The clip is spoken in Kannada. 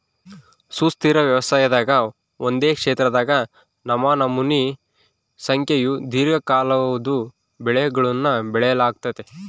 ಸುಸ್ಥಿರ ವ್ಯವಸಾಯದಾಗ ಒಂದೇ ಕ್ಷೇತ್ರದಾಗ ನಮನಮೋನಿ ಸಂಖ್ಯೇವು ದೀರ್ಘಕಾಲದ್ವು ಬೆಳೆಗುಳ್ನ ಬೆಳಿಲಾಗ್ತತೆ